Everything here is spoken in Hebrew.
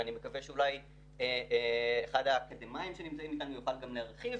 ואני מקווה שאולי אחד מהאקדמאים שנמצאים כאן יוכל להרחיב